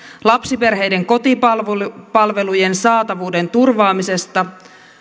lapsiperheiden kotipalvelujen saatavuuden turvaamisesta